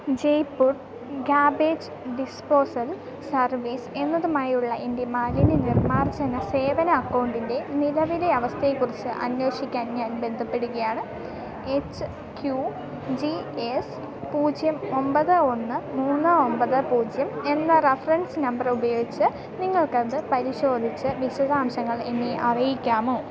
Jaipur garbage disposal service എന്നതുമായുള്ള Indian മാലിന്യ നിർമാർജന സേവന അക്കൗണ്ടിൻ്റെ നിലവിലെ അവസ്ഥയെക്കുറിച്ച് അന്വേഷിക്കാൻ ഞാൻ ബന്ധപ്പെടുകയാണ് എച്ച് ക്യു ജി എസ് പൂജ്യം ഒമ്പത് ഒന്ന് മൂന്ന് ഒമ്പത് പൂജ്യം എന്ന റഫറൻസ് നമ്പർ ഉപയോഗിച്ച് നിങ്ങൾക്കതു പരിശോധിച്ചു വിശദാംശങ്ങൾ എന്നെ അറിയിക്കാമോ